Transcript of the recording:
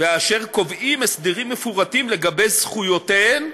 אשר קובעים הסדרים מפורטים לגבי זכויותיהן,